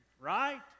right